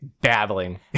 babbling